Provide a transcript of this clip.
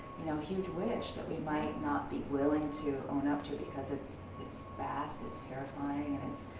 you know huge wish that we might not be willing to own up to because it's it's vast, it's terrifying and it's,